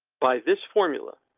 by this formula,